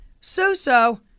So-so